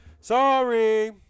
sorry